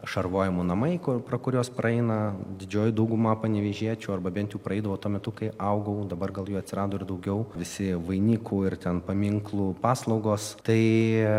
šarvojimo namai kur pro kuriuos praeina didžioji dauguma panevėžiečių arba bent jau praeidavo tuo metu kai augau dabar gal jų atsirado ir daugiau visi vainikų ir ten paminklų paslaugos tai